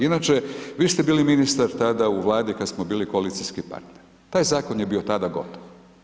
Inače vi ste bili ministar tada u Vladi kad smo bili koalicijski partneri, taj zakon je bio tada gotov.